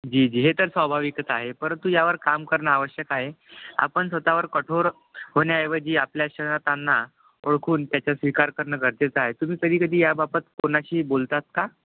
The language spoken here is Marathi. जी जी हे तर स्वभाविकच आहे परंतु यावर काम करणं आवश्यक आहे आपण स्वतःवर कठोर होण्याऐवजी आपल्या ओळखून त्याचा स्वीकारणं गरजेचं आहे तुम्ही कधी कधी याबाबत कोणाशी बोलतात का